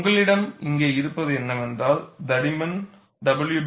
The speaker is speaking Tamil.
உங்களிடம் இங்கே இருப்பது என்னவென்றால் தடிமன் w 2